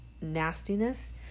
nastiness